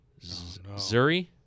Zuri